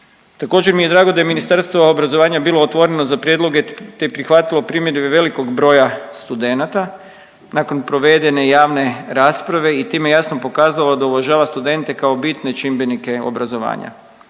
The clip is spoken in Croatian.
Također mi je drago da je Ministarstvo obrazovanja bilo otvoreno za prijedloge te prihvatilo primjedbe velikog broja studenta nakon provedene javne rasprave i time jasno pokazalo da uvažava studente kao bitne čimbenike obrazovanja.